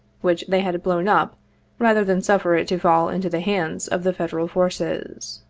which they had blown up rather than suffer it to fall into the hands of the federal forces.